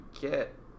get